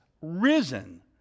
risen